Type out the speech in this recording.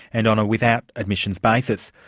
and on a without admissions basis.